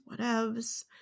whatevs